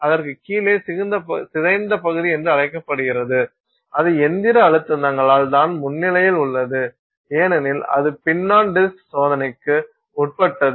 அதற்குக் கீழே சிதைந்த பகுதி என்று அழைக்கப்படுகிறது அது இயந்திர அழுத்தங்களால் தான் முனையில் உள்ளது ஏனெனில் இது பின் ஆன் டிஸ்க் சோதனைக்கு உட்பட்டது